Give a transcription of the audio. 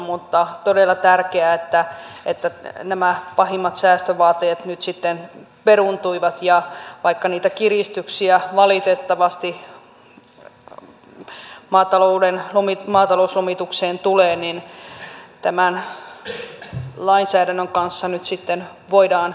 mutta on todella tärkeää että nämä pahimmat säästövaateet nyt sitten peruuntuivat ja vaikka niitä kiristyksiä valitettavasti maatalouslomitukseen tulee niin tämän lainsäädännön kanssa nyt sitten voidaan elää